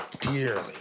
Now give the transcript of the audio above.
dearly